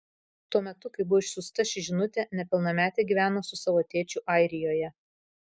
tuo metu kai buvo išsiųsta ši žinutė nepilnametė gyveno su savo tėčiu airijoje